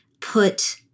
put